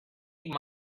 you